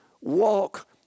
walk